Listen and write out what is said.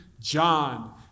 John